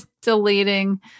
deleting